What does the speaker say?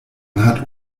hat